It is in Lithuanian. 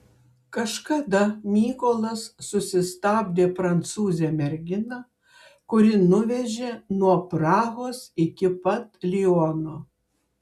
kažkada mykolas susistabdė prancūzę merginą kuri nuvežė nuo prahos iki pat liono